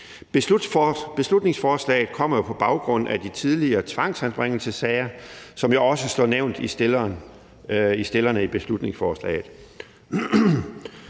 Beslutningsforslaget kommer jo på baggrund af de tidligere tvangsanbringelsessager, som også er nævnt i beslutningsforslaget.